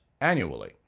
annually